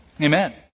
amen